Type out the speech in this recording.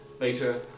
later